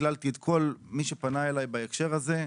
שיקללתי את כל מי שפנה אליי בהקשר הזה.